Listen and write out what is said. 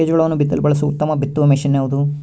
ಮೆಕ್ಕೆಜೋಳವನ್ನು ಬಿತ್ತಲು ಬಳಸುವ ಉತ್ತಮ ಬಿತ್ತುವ ಮಷೇನ್ ಯಾವುದು?